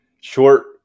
Short